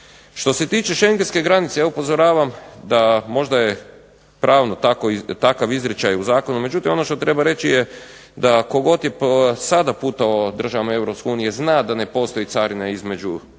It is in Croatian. Što se tiče Schengenske granice ja upozoravam da možda je pravno takav izričaj u zakonu, međutim ono što treba reći je da tko god je sada putovao državama Europske unije zna da ne postoji carina između